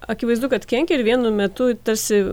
akivaizdu kad kenkia ir vienu metu tarsi